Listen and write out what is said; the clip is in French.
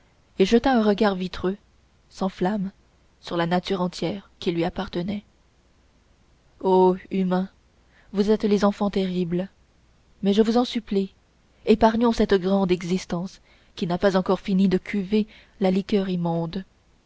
et jeta un regard vitreux sans flamme sur la nature entière qui lui appartenait o humains vous êtes les enfants terribles mais je vous en supplie épargnons cette grande existence qui n'a pas encore fini de cuver la liqueur immonde